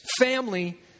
Family